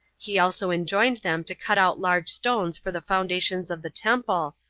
he also enjoined them to cut out large stones for the foundations of the temple,